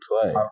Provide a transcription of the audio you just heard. play